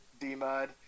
D-Mud